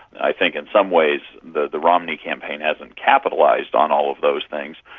i think in some ways the the romney campaign hasn't capitalised on all of those things,